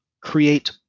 create